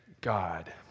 God